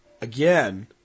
again